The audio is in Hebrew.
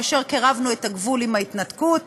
כאשר קירבנו את הגבול עם ההתנתקות